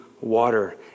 water